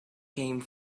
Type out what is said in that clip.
come